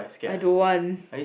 I don't want